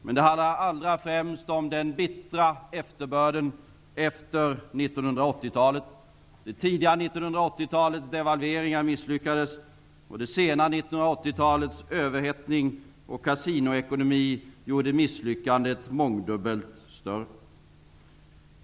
Men det handlar allra främst om den bittra efterbörden från 1980-talet. Det tidiga 1980-talets devalveringar misslyckades, och det sena 1980-talets överhettning och kasinoekonomi gjorde misslyckandet mångdubbelt större.